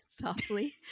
softly